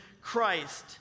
Christ